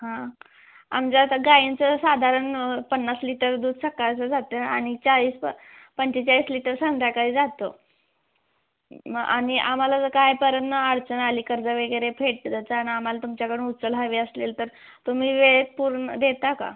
हां आमच्या आता गाईंचं साधारण पन्नास लीटर दूध सकाळचं जातं आणि चाळीस प पंचेचाळीस लीटर संध्याकाळी जातं मग आणि आम्हाला जर काय परनं अडचण आली कर्ज वगैरे फेडताना आम्हाला तुमच्याकडून उचल हवी असेल तर तुम्ही वेळेत पूर्ण देता का